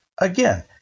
Again